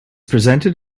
presented